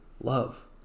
love